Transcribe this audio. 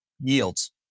yields